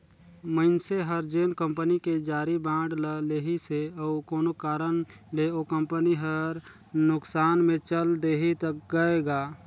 मइनसे हर जेन कंपनी के जारी बांड ल लेहिसे अउ कोनो कारन ले ओ कंपनी हर नुकसान मे चल देहि त गय गा